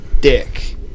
dick